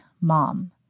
mom